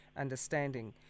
understanding